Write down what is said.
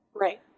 right